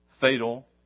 fatal